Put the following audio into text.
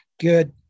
good